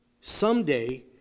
Someday